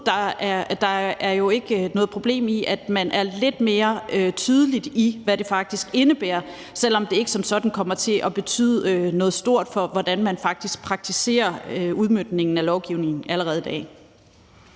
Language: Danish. Der er jo ikke noget problem i, at man er lidt mere tydelig, i forhold til hvad det faktisk indebærer, selv om det ikke som sådan kommer til at betyde noget stort for, hvordan man faktisk praktiserer udmøntningen af lovgivningen allerede i dag.